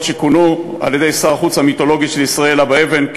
שכונו על-ידי שר החוץ המיתולוגי של ישראל אבא אבן,